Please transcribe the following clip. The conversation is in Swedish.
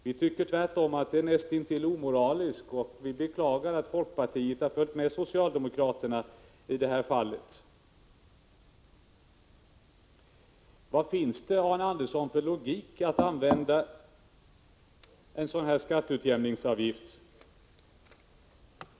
Vi tycker tvärtom att den är näst intill omoralisk, och vi beklagar att folkpartiet har följt med socialdemokraterna i det här fallet. Vad finns det för logik i att använda en sådan här skatteutjämningsavgift, Arne Andersson?